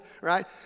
right